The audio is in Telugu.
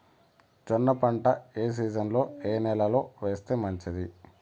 జొన్న పంట ఏ సీజన్లో, ఏ నెల లో వేస్తే మంచిది?